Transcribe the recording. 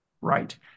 right